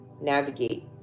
navigate